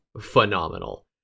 phenomenal